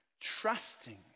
trusting